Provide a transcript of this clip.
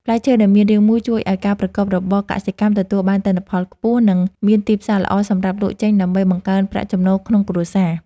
ផ្លែឈើដែលមានរាងមូលជួយឱ្យការប្រកបរបរកសិកម្មទទួលបានទិន្នផលខ្ពស់ និង មានទីផ្សារល្អសម្រាប់លក់ចេញដើម្បីបង្កើនប្រាក់ចំណូលក្នុងគ្រួសារ។